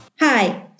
Hi